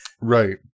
Right